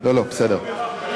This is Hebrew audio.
אני מתנצל שלא בירכתי אותך,